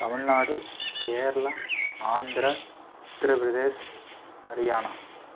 Tamil Nadu Kerala Andhra Uttar Pradesh Haryana